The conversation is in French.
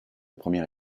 première